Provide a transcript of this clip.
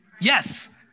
Yes